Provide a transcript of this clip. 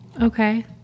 Okay